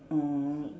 orh